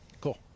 Cool